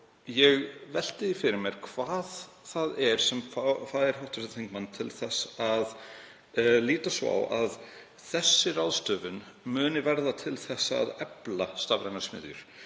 Ég velti því fyrir mér hvað það er sem fær hv. þingmann til þess að líta svo á að þessi ráðstöfun muni verða til þess að efla stafrænar smiðjur.